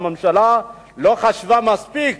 הממשלה לא חשבה מספיק